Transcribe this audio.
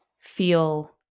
feel